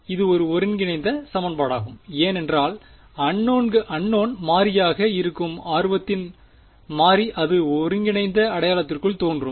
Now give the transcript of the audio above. இது ஒரு ஒருங்கிணைந்த சமன்பாடாகும் ஏனென்றால் அன்னோன் மாறியாக இருக்கும் ஆர்வத்தின் மாறி அது ஒருங்கிணைந்த அடையாளத்திற்குள் தோன்றும்